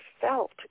felt